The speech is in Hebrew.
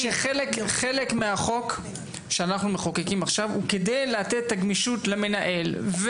אמרנו שחלק מהחוק שאנחנו מחוקקים עכשיו הוא כדי לתת את הגמישות למנהל.